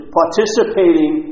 participating